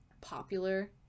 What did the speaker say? popular